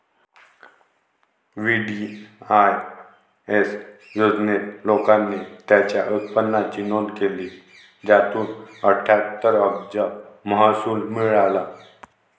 VDIS योजनेत, लोकांनी त्यांच्या उत्पन्नाची नोंद केली, ज्यातून अठ्ठ्याहत्तर अब्ज महसूल मिळाला